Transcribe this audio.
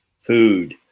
food